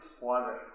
water